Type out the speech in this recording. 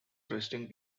resting